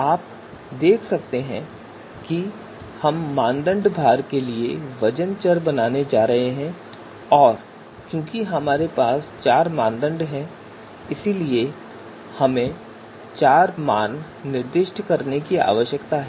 आप देख सकते हैं कि हम मानदंड भार के लिए वजन चर बनाने जा रहे हैं और चूंकि हमारे पास चार मानदंड हैं इसलिए हमें चार मान निर्दिष्ट करने की आवश्यकता है